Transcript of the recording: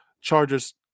Chargers